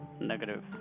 negative